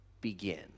begin